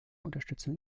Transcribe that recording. unterstützung